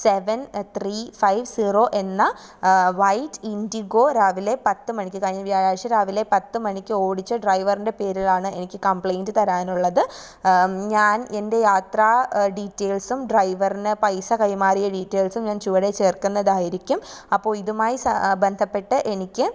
seven three five zero എന്ന white Indigo രാവിലെ പത്തു മണിക്ക് കഴിഞ്ഞ വ്യാഴാഴ്ച രാവിലെ പത്തു മണിക്ക് ഓടിച്ച ഡ്രൈവറിൻ്റെ പേരിലാണ് എനിക്ക് കബ്ലെയ്ൻറ്റ് തരാനുള്ളത് ഞാൻ എൻ്റെ യാത്രാ ഡിറ്റേൽസും ഡ്രൈവറിന് പൈസ കൈമാറിയ ഡീറ്റെയിൽസും ഞാൻ ചുവടെ ചേർക്കുന്നതായിരിക്കും അപ്പോൾ ഇതുമായി സ ബന്ധപ്പെട്ട് എനിക്ക്